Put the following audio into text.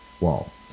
wall